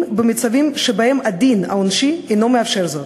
במצבים שבהם הדין העונשי אינו מאפשר זאת.